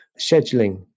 scheduling